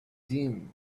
din